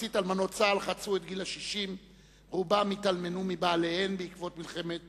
ממחצית אלמנות צה"ל חצו את גיל 60. רובן התאלמנו מבעליהן בעקבות מלחמת